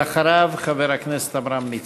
ואחריו, חבר הכנסת עמרם מצנע.